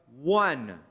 one